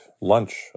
lunch